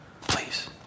Please